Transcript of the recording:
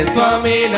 Swami